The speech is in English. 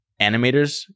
animators